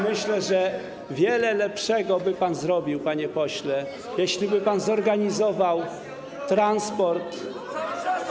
Myślę, że wiele lepszego by pan zrobił, panie pośle, jeśliby pan zorganizował transport.